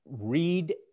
Read